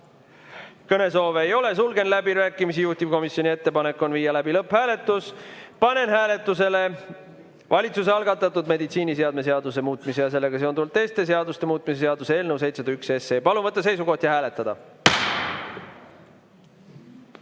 Kõnesoove ei ole, sulgen läbirääkimised. Juhtivkomisjoni ettepanek on viia läbi lõpphääletus. Panen hääletusele valitsuse algatatud meditsiiniseadme seaduse muutmise ja sellega seonduvalt teiste seaduste muutmise seaduse eelnõu 701. Palun võtta seisukoht ja hääletada!